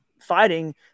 fighting